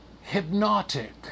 hypnotic